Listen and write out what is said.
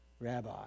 rabbi